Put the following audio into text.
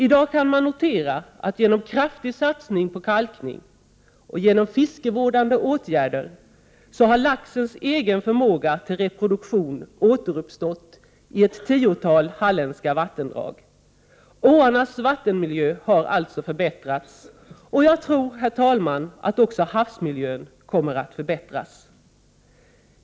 I dag kan man notera att genom kraftig satsning på kalkning och genom fiskevårdande åtgärder har laxens egen förmåga till reproduktion återuppstått i ett titotal halländska vattendrag. Åarnas vattenmiljö har alltså förbättrats, och jag tror, herr talman, att också havsmiljön kommer att förbättras.